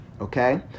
Okay